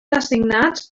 designats